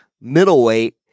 middleweight